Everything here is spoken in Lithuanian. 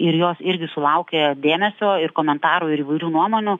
ir jos irgi sulaukė dėmesio ir komentarų ir įvairių nuomonių